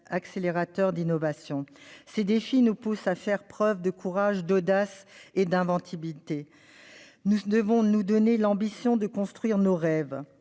accélérateurs d'innovations. Ces défis nous poussent à faire preuve de courage, d'audace et d'inventivité. Nous devons nous donner l'ambition de construire nos rêves.